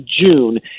June